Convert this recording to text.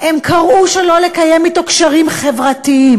הם קראו שלא לקיים אתו קשרים חברתיים.